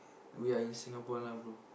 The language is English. we are in Singapore now bro